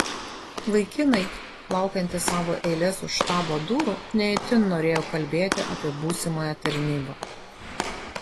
vaikinai laukiantys savo eilės už štabo durų ne itin norėjo kalbėti apie būsimąją tarnybą